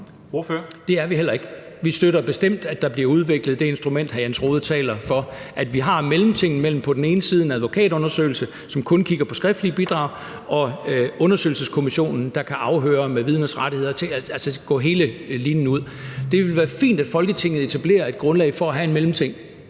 Det er vi heller ikke. Vi støtter bestemt, at der bliver udviklet det instrument, hr. Jens Rohde taler for, så vi har en mellemting mellem på den ene side en advokatundersøgelse, som kun kigger på skriftlige bidrag, og på den anden side en undersøgelseskommission, der kan afhøre med vidners rettigheder, altså gå hele linen ud. Det vil være fint, at Folketinget etablerer et grundlag for at have en mellemting.